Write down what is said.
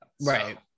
right